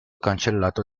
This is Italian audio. cancellato